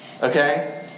Okay